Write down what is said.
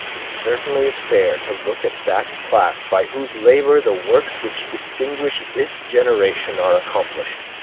it certainly is fair to look at that class by whose labor the works which distinguish this generation are accomplished.